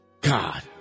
God